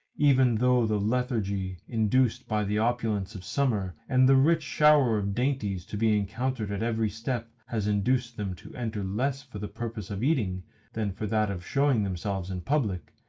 even though the lethargy induced by the opulence of summer and the rich shower of dainties to be encountered at every step has induced them to enter less for the purpose of eating than for that of showing themselves in public,